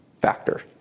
factor